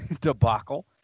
debacle